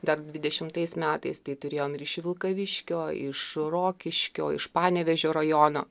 dar dvidešimtais metais tai turėjom ir iš vilkaviškio iš rokiškio iš panevėžio rajono